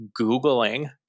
Googling